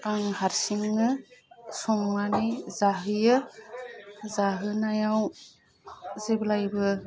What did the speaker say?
आं हारसिंनो संनानै जाहोयो जाहोनायाव जेब्लायबो